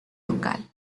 local